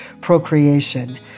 procreation